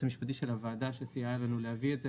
המשפטי של הוועדה שסייע לנו להביא את זה.